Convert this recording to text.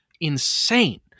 insane